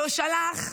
והוא שלח,